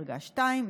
דרגה 2,